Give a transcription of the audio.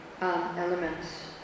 elements